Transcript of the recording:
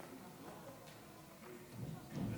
אדוני